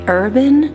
urban